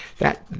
that,